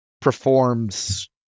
performs –